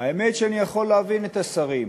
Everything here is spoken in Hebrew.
האמת שאני יכול להבין את השרים.